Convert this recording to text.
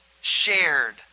shared